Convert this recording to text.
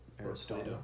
Aristotle